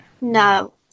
No